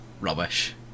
rubbish